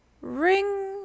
RING